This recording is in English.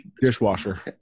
Dishwasher